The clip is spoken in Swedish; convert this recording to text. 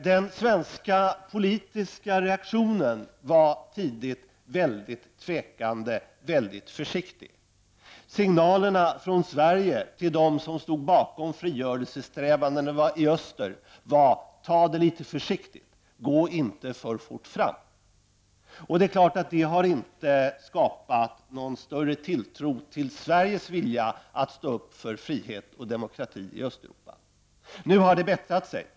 Den svenska politiska reaktionen var tidigt mycket tvekande och mycket försiktig. Signalerna från Sverige till dem som stod bakom frigörelsesträvandena i öster var: Ta det litet försiktigt, gå inte för fort fram. Det är klart att detta inte har skapat någon större tilltro till Sveriges vilja att stå upp för frihet och demokrati i Östeuropa. Det har nu bättrat sig.